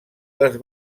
les